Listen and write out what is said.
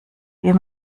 wir